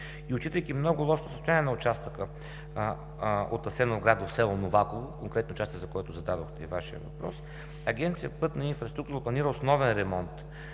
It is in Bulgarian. и отчитайки много лошото състояние на участъка от Асеновград до село Новаково – конкретната част, за която задавате Вашия въпрос, Агенция „Пътна инфраструктура“ планира основен ремонт